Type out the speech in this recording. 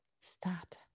start